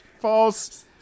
False